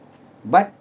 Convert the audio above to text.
but